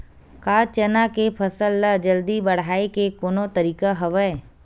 का चना के फसल ल जल्दी बढ़ाये के कोनो तरीका हवय?